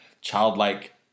childlike